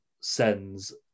sends